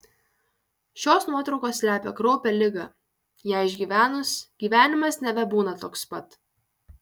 šios nuotraukos slepia kraupią ligą ją išgyvenus gyvenimas nebebūna toks pat